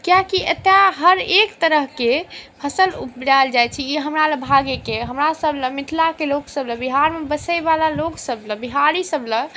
कियाकि एतऽ हरेक तरहके फसिल उपजाओल जाइ छै ई हमरालए भाग्यके हमरासबलए मिथिलाके लोकसबलए बिहारमे बसैवला लोकसबलए बिहारीसबलए